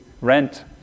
rent